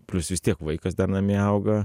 plius vis tiek vaikas dar namie auga